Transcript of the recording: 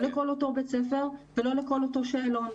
לא לכל בית הספר ולא לכל אותו שאלון.